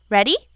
Ready